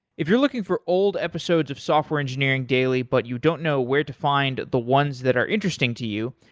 if you're looking for old episodes of software engineering daily but you don't know where to find the ones that are interesting to you,